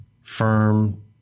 firm